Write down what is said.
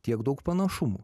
tiek daug panašumų